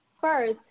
First